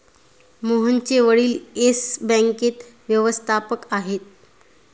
मोहनचे वडील येस बँकेत व्यवस्थापक आहेत